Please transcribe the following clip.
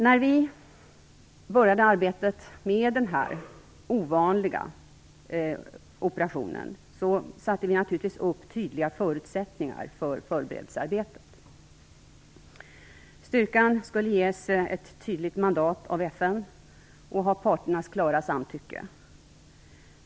När vi började arbetet med den här ovanliga operationen, angav vi naturligtvis tydliga förutsättningar för förberedelsearbetet. Styrkan skulle ges ett tydligt mandat av FN och ha parternas klara samtycke.